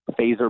phaser